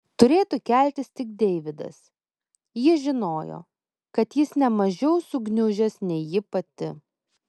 turėtų keltis tik deividas ji žinojo kad jis ne mažiau sugniužęs nei ji pati